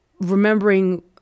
remembering